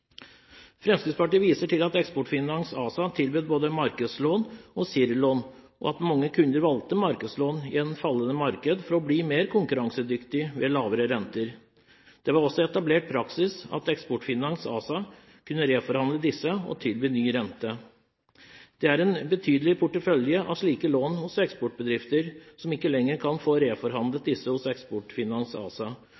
Fremskrittspartiet viser til at Eksportfinans ASA tilbød både markedslån og CIRR-lån, og at mange kunder valgte markedslån i et fallende marked for å bli mer konkurransedyktige ved lavere renter. Det var også etablert praksis at Eksportfinans ASA kunne reforhandle disse og tilby ny rente. Det er en betydelig portefølje av slike lån hos eksportbedrifter som ikke lenger kan få reforhandlet